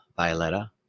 Violetta